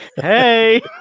Hey